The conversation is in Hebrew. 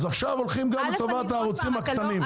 אז עכשיו הולכים לטובת הערוצים הקטנים.